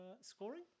scoring